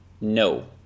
No